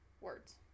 words